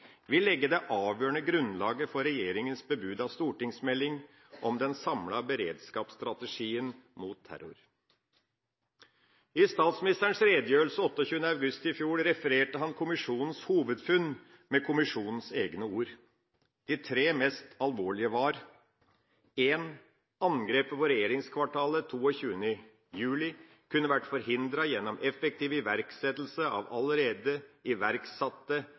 det avgjørende grunnlaget for regjeringas bebudete stortingsmelding om den samlede beredskapsstrategien mot terror. I statsministerens redegjørelse 28. august i fjor refererte han kommisjonens hovedfunn med kommisjonens egne ord. De tre mest alvorlige var: Angrepet på regjeringskvartalet 22. juli kunne ha vært forhindret gjennom effektiv iverksettelse av allerede